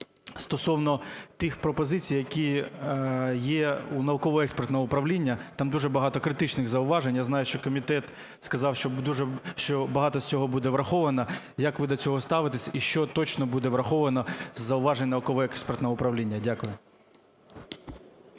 стосовно тих пропозицій, які є у науково-експертного управління. Там дуже багато критичних зауважень, я знаю, що комітет сказав, що дуже... що багато з цього буде враховано. Як ви до цього ставитесь? І що точно буде враховано із зауважень науково-експертного управління? Дякую.